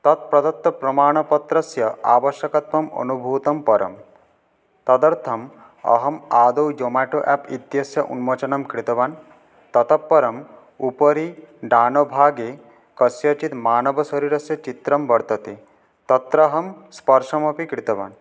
तत् प्रदत्तप्रमाणपत्रस्य आवश्यकत्वम् अनुभूतं परं तदर्थम् अहम् आदौ ज़ोमेटो एप् इत्यस्य उन्मोचनं कृतवान् ततःपरम् उपरि डानभागे कस्यचिद् मानवशरीरस्य चित्रं वर्तते तत्र अहं स्पर्शमपि कृतवान्